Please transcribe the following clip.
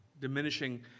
diminishing